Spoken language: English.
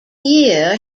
year